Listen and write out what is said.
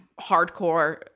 hardcore